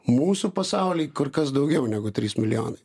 mūsų pasauly kur kas daugiau negu trys milijonai